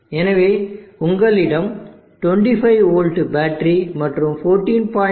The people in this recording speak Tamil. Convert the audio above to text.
எனவே உங்களிடம் 25 வோல்ட் பேட்டரி மற்றும் 14